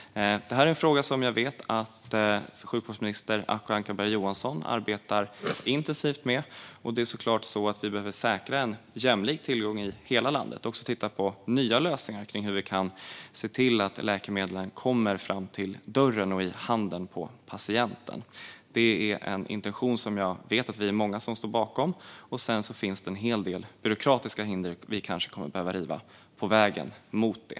Detta är en fråga som jag vet att sjukvårdsminister Acko Ankarberg Johansson arbetar intensivt med. Naturligtvis behöver vi säkra en jämlik tillgång i hela landet och också titta på nya lösningar på hur läkemedlen kan komma fram till dörren och i handen på patienten. Det är en intention som jag vet att vi är många som står bakom. Sedan finns det en hel del byråkratiska hinder som vi kanske kommer att behöva riva på vägen mot det.